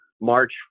March